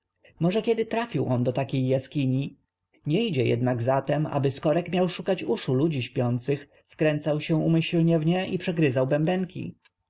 może kiedy trafił on do takiej jaskini nie idzie jednak zatem aby skorek miał szukać uszu ludzi śpiących wkręcał się umyślnie w nie i przegryzał bębenki